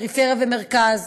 פריפריה ומרכז,